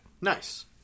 Nice